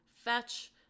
fetch